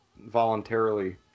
voluntarily